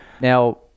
Now